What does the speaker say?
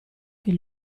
che